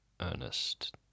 Ernest